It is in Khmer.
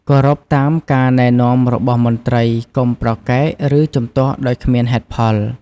គោរពតាមការណែនាំរបស់មន្ត្រីកុំប្រកែក ឬជំទាស់ដោយគ្មានហេតុផល។